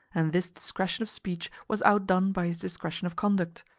and this discretion of speech was outdone by his discretion of conduct.